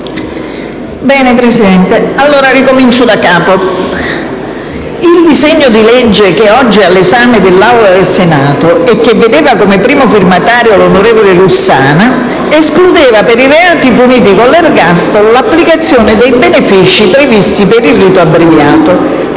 *(PD)*. Ricomincio da capo. Il disegno di legge che oggi è all'esame dell'Aula del Senato, e che vedeva come prima firmataria l'onorevole Lussana, escludeva per i reati puniti con l'ergastolo l'applicazione dei benefici previsti per il rito abbreviato.